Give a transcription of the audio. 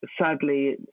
Sadly